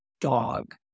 dog